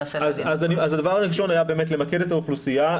אז הדבר הראשון היה באמת למקד את האוכלוסייה,